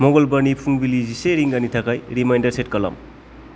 मंगलबारनि फुंबिलिनि जिसे रिंगानि थाखाय रिमाइन्डार सेट खालाम